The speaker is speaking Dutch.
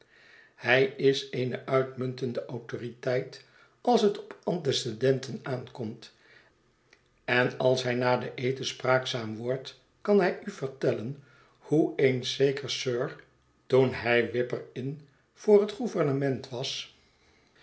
hij is eene uitmuntende autoriteit als het op antecedenten aankomt en als hij na den eten spraakzaam wordt kan hij u vertellen hoe eens zeker sir toen hij w h i p p e r in voor het gouvernement was